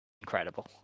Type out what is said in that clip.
incredible